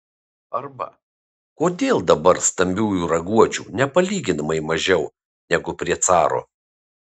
arba kodėl dabar stambiųjų raguočių nepalyginamai mažiau negu prie caro